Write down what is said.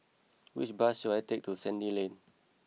which bus should I take to Sandy Lane